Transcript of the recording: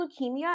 leukemia